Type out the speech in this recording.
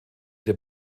der